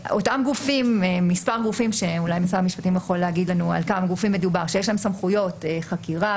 כמו למשל מוסכים לא חוקיים או סחר לא חוקי ברכב,